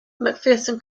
mcpherson